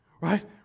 right